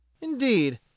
Indeed